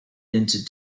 into